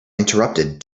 interrupted